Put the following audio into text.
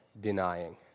denying